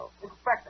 Inspector